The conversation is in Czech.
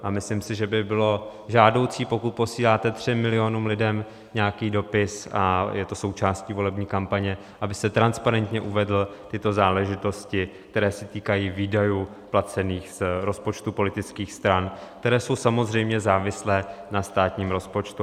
A myslím si, že by bylo žádoucí, pokud posíláte třem milionům lidí nějaký dopis a je to součástí volební kampaně, abyste transparentně uvedl tyto záležitosti, které se týkají výdajů placených z rozpočtu politických stran, které jsou samozřejmě závislé na státním rozpočtu.